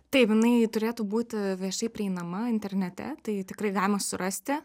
taip jinai turėtų būti viešai prieinama internete tai tikrai galima surasti